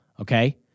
okay